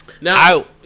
Now